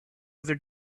other